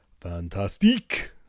fantastic